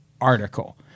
article